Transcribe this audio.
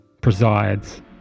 presides